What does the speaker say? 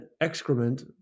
excrement